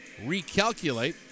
recalculate